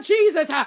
Jesus